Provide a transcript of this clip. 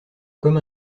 comme